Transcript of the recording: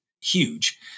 huge